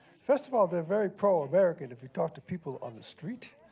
first of all, they're very pro-american if you talk to people on the street.